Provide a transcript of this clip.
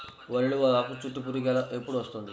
వరిలో ఆకుచుట్టు పురుగు ఎప్పుడు వస్తుంది?